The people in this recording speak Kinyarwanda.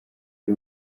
ari